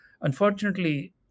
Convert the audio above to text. Unfortunately